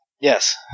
Yes